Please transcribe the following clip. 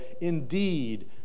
Indeed